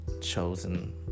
chosen